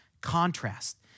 contrast